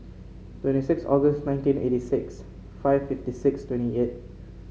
twenty six August nineteen eighty six five fifty six twenty eight